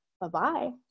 Bye-bye